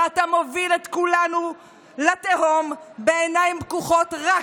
ואתה מוביל את כולנו לתהום בעיניים פקוחות רק